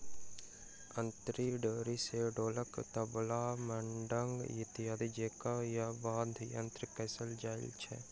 अंतरी डोरी सॅ ढोलक, तबला, मृदंग इत्यादि जेंका वाद्य यंत्र कसल जाइत छै